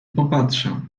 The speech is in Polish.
popatrzę